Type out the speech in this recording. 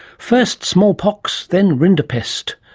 first smallpox then rinderpest,